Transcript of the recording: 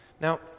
Now